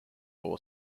law